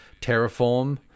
terraform